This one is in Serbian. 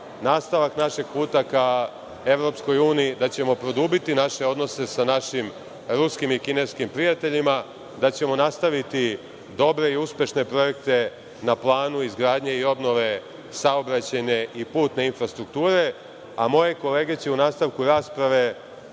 nastavak našeg puta ka EU, da ćemo produbiti naše odnose sa ruskim i kineskim prijateljima, da ćemo nastaviti dobre i uspešne projekte na planu izgradnje i obnove saobraćajne i putne infrastrukture. Moje kolege će u nastavku rasprave